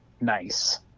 nice